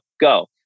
go